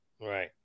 Right